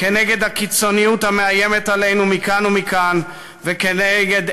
כנגד הקיצוניות המאיימת עלינו מכאן ומכאן וכנגד